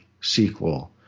sequel